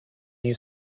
new